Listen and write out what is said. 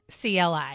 CLI